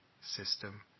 system